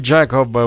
Jacob